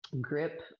Grip